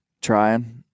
trying